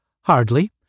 Hardly